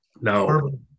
No